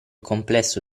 complesso